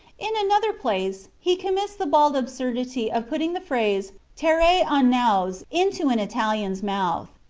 in another place he commits the bald absurdity of putting the phrase tare an ouns into an italian's mouth.